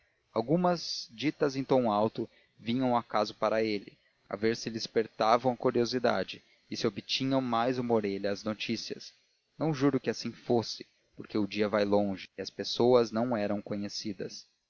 algumas ditas em tom alto vinham acaso para ele a ver se lhe espertavam a curiosidade e se obtinham mais uma orelha às notícias não juro que assim fosse porque o dia vai longe e as pessoas não eram conhecidas